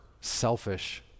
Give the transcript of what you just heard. selfish